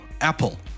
Apple